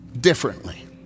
differently